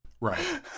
Right